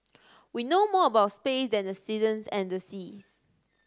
we know more about space than the seasons and the seas